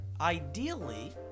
ideally